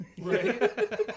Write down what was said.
right